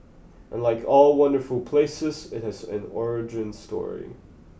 and like all wonderful places it has an origin story